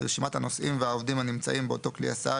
רשימת הנוסעים והעובדים הנמצאים באותו כלי הסעה,